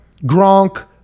Gronk